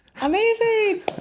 Amazing